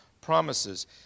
promises